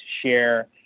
share